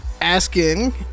asking